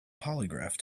polygraph